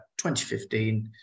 2015